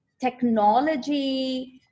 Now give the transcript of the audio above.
technology